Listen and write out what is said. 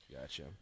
Gotcha